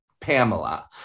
Pamela